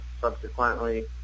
subsequently